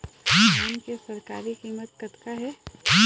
धान के सरकारी कीमत कतका हे?